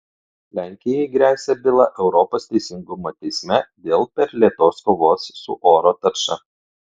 lenkijai gresia byla europos teisingumo teisme dėl per lėtos kovos su oro tarša